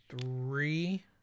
three